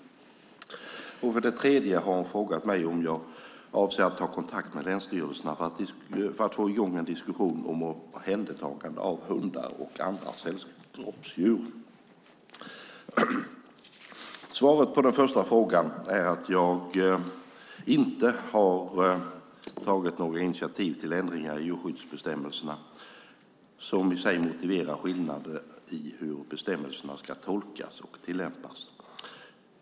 För det tredje har hon frågat mig om jag avser att ta kontakt med länsstyrelserna för att få en diskussion om omhändertagande av hundar och andra sällskapsdjur. Svaret på den första frågan är att jag inte har tagit några initiativ till ändringar i djurskyddsbestämmelserna som i sig motiverar skillnader i hur bestämmelserna ska tolkas och tillämpas.